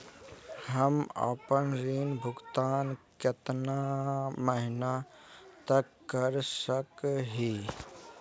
हम आपन ऋण भुगतान कितना महीना तक कर सक ही?